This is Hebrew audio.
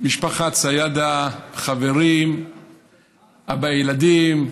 משפחת סידה, חברים, הילדים,